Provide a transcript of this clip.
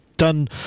done